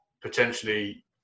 potentially